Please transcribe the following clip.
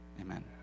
Amen